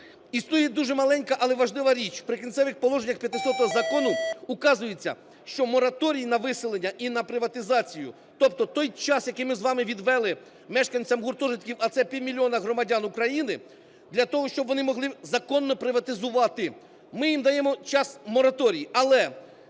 існує дуже маленька, але важлива річ – в "Прикінцевих положеннях" 500-го закону указується, що мораторій на виселення і на приватизацію, тобто той час, який ми з вами відвели мешканцям гуртожитків, а це півмільйона громадян України, для того, щоб вони могли законно приватизувати, ми їм даємо час – мораторій.